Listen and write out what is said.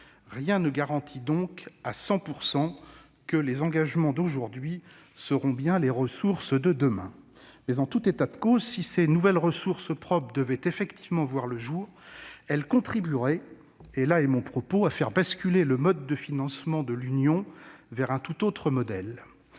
Rien ne garantit donc à 100 % que les engagements d'aujourd'hui déboucheront bien sur les ressources de demain. En tout état de cause, si ces nouvelles ressources propres devaient effectivement voir le jour, elles contribueraient à faire basculer le mode de financement de l'Union vers un tout autre modèle.